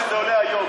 שזה עולה היום.